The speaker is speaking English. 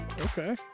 okay